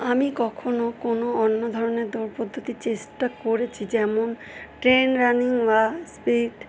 আমি কখনও কোন অন্য ধরনের দৌড় পদ্ধতি চেষ্টা করেছি যেমন ট্রেন রানিং বা স্পিড